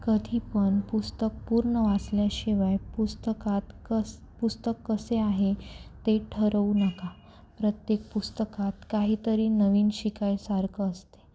कधी पण पुस्तक पूर्ण वाचल्याशिवाय पुस्तकात कसं पुस्तक कसे आहे ते ठरवू नका प्रत्येक पुस्तकात काहीतरी नवीन शिकायसारखं असते